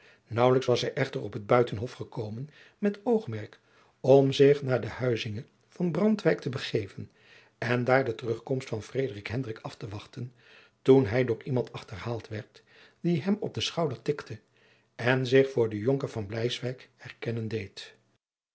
naauwelijks was hij echter op het buitenhof gekomen met oogmerk om zich naar de huizinge van brandwijk te begeven en daar de terugkomst van frederik hendrik af te wachten toen hij door iemand achterhaald werd die hem op den schouder tikte en zich voor den jonker van bleiswyk herkennen deed